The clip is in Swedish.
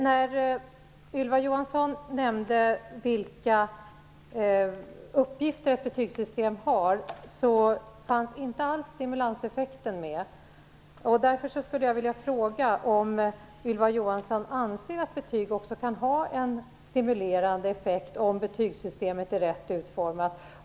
När Ylva Johansson nämnde vilka uppgifter ett betygssystem har, nämnde hon inte alls stimulanseffekten. Därför vill jag fråga om Ylva Johansson anser att betyg också kan ha en stimulerande effekt, om betygssystemet är rätt utformat.